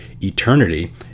Eternity